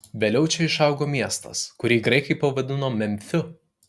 vėliau čia išaugo miestas kurį graikai pavadino memfiu